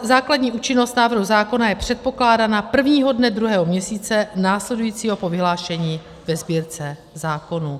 Základní účinnost návrhu zákona je předpokládaná prvního dne druhého měsíce následujícího po vyhlášení ve Sbírce zákonů.